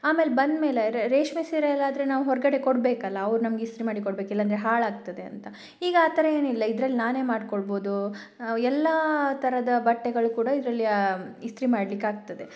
ಆಮೇಲೆ ಬಂದ ಮೇಲೆ ರೇಷ್ಮೆ ಸೀರೆ ಎಲ್ಲ ಆದರೆ ನಾವು ಹೊರಗಡೆ ಕೊಡಬೇಕಲ್ಲ ಅವ್ರು ನಮ್ಗೆ ಇಸ್ತ್ರಿ ಮಾಡಿ ಕೊಡ್ಬೇಕು ಇಲ್ಲಾಂದರೆ ಹಾಳಾಗ್ತದೆ ಅಂತ ಈಗ ಆ ಥರ ಏನಿಲ್ಲ ಇದ್ರಲ್ಲಿ ನಾನೇ ಮಾಡ್ಕೊಳ್ಬೌದು ಎಲ್ಲ ಥರದ ಬಟ್ಟೆಗಳು ಕೂಡ ಇದರಲ್ಲಿ ಇಸ್ತ್ರಿ ಮಾಡ್ಲಿಕ್ಕೆ ಆಗ್ತದೆ